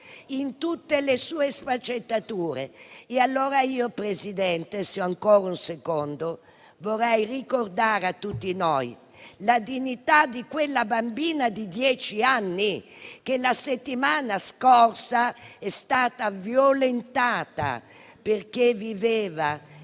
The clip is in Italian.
in tutte le sue sfaccettature.